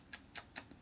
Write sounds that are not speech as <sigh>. <noise>